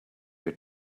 your